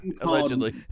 Allegedly